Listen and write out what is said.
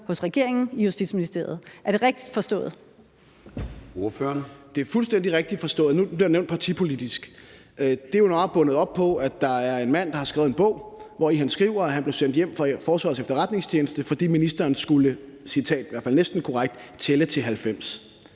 Ordføreren. Kl. 13:55 Morten Dahlin (V): Det er fuldstændig rigtigt forstået, og nu bliver der nævnt »partipolitisk«. Det er jo meget bundet op på, at der er en mand, der har skrevet en bog, hvori han skriver, at han blev sendt hjem fra Forsvarets Efterretningstjeneste, fordi ministeren skulle – citatet er i hvert fald næsten korrekt – tælle til 90.